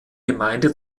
gemeinde